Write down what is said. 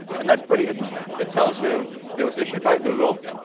and that's pretty interesting. it tells you that it was issued by google,